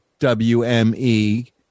wme